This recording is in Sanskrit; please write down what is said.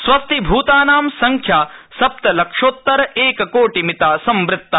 स्वस्थीभूतानां संख्या सप्तलक्षोत्तर एककोटिमिता संवृत्ता